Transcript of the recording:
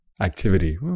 activity